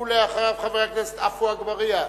ואחריו, חבר הכנסת עפו אגבאריה.